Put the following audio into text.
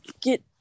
get